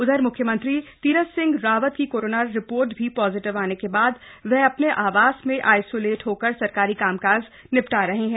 उधर मुख्यमंत्री तीरथ सिंह रावत की कोरोना रिपोर्ट पॉजिटिव आने के बाद वो अपने आवास में आईसोलेट होकर सरकारी कामकाज निपटा रहे हैं